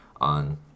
on